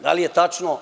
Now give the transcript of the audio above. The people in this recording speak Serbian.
Da li je tačno?